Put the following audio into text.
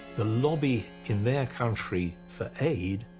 the lobby in their country for aid,